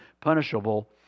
punishable